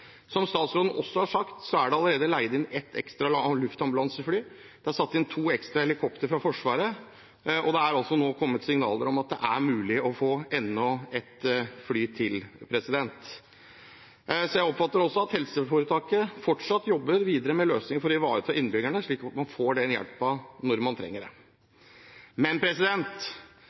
Som statsråden også har sagt, er det allerede leid inn et ekstra luftambulansefly. Det er satt inn to ekstra helikoptre fra Forsvaret, og det er kommet signaler om at det er mulig å få enda et fly. Jeg oppfatter at helseforetaket jobber videre med en løsning for å ivareta innbyggerne, slik at man får hjelp når man trenger det. Men